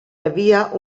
havia